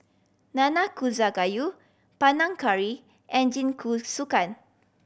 Nanakusa Gayu Panang Curry and Jingisukan